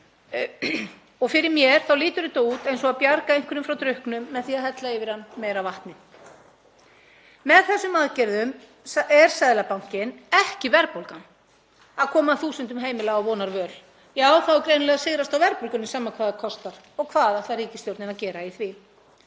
og fyrir mér lítur þetta út eins og að bjarga einhverjum frá drukknum með því að hella yfir hann meira vatni. Með þessum aðgerðum er Seðlabankinn, ekki verðbólgan, að koma þúsundum heimila á vonarvöl. Já, það á greinilega að sigrast á verðbólgunni, sama hvað það kostar. Og hvað ætlar ríkisstjórnin að gera í því?